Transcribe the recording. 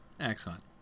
excellent